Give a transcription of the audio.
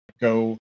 go